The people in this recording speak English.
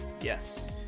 Yes